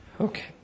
Okay